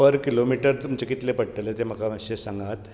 पर kilometre तुमचें कितले पडटले ते म्हाका मातशें सांगात